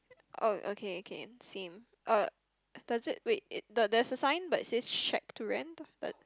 oh okay can same uh does it wait it the there's a sign but says shack to rent but